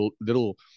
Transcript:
little